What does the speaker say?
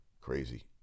Crazy